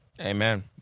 Amen